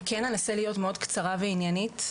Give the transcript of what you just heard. אני אנסה להיות מאוד קצרה ועניינית,